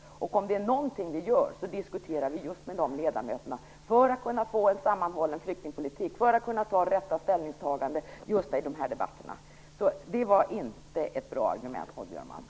Om det är någonting vi gör så diskuterar vi med dem för att kunna få en sammanhållen flyktingpolitik och göra de rätta ställningstagandena i debatterna. Det var inte ett bra argument, Maud